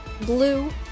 blue